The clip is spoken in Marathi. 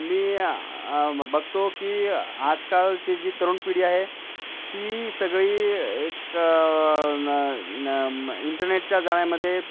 मी बघतो की आजकालची जी तरुण पिढी आहे ती सगळी एक इंटरनेटच्या जाळ्यामध्ये